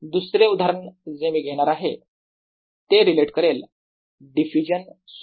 दुसरे उदाहरण जे मी घेणार आहे ते रिलेट करेल डिफ्युजन सोबत